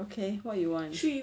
okay what you want